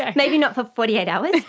and maybe not for forty eight hours.